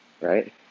Right